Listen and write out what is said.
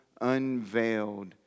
unveiled